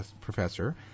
professor